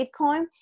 Bitcoin